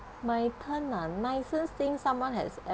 my turn ah nicest thing someone has ever